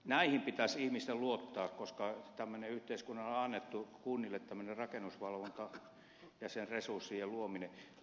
rakennusvalvontaan pitäisi ihmisten voida luottaa koska tämmöinen on yhteiskunnalle annettu kunnille ja sen resurssit